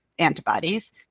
antibodies